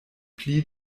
pli